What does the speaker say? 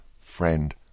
friend